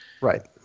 Right